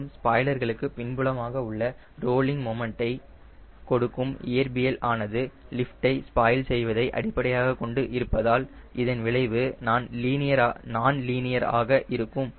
மேலும் ஸ்பாய்லர்களுக்கு பின்புலமாக உள்ள ரோலிங் மொமெண்ட்டை கொடுக்கும் இயற்பியல் ஆனது லிஃப்டை ஸ்பாயில் செய்வதை அடிப்படையாக கொண்டு இருப்பதால் இதன் விளைவு நான் லீனியர் ஆக இருக்கும்